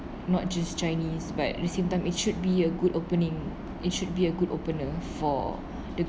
not just chinese but the same time it should be a good opening it should be a good opener for